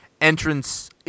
entrance